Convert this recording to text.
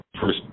first